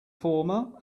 former